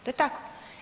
To je tako.